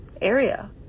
area